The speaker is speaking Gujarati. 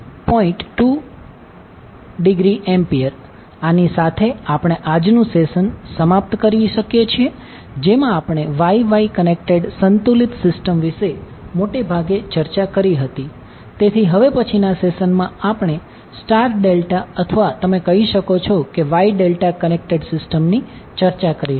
2°A આની સાથે આપણે આજનું સેશન બંધ કરી શકીએ છીએ જેમાં આપણે Y Y કનેક્ટેડ સંતુલિત સિસ્ટમ વિશે મોટે ભાગે ચર્ચા કરી હતી તેથી હવે પછીના સેશનમાં આપણે સ્ટાર ડેલ્ટા અથવા તમે કહી શકો કે Y ડેલ્ટા કનેક્ટેડ સિસ્ટમની ચર્ચા કરીશું